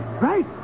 Right